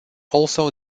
also